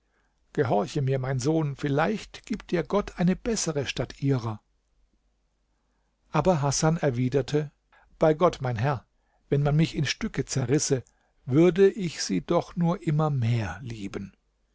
gehorche mir mein sohn vielleicht gibt dir gott eine bessere statt ihrer aber hasan erwiderte bei gott mein herr wenn man mich in stücke zerrisse würde ich sie doch nur immer mehr lieben